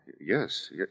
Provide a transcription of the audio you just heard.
yes